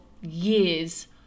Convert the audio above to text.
years